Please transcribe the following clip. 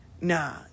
Nah